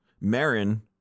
Marin